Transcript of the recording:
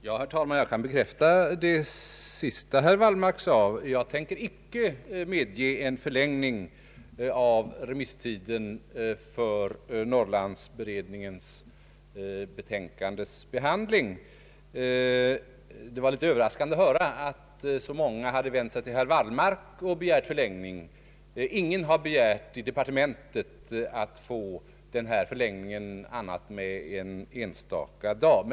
Herr talman! Jag kan bekräfta herr Wallmarks tolkning. Jag tänker icke medge en förlängning av remisstiden för behandling av Norrlandsberedningens betänkande. Det var något överraskande att höra att så många hade vänt sig till herr Wallmark och önskat förlängning. Ingen har hos departementet begärt sådan förlängning, annat än med någon enstaka dag.